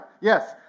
Yes